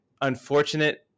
unfortunate